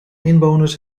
inwoners